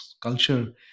culture